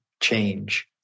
change